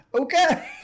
okay